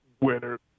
winner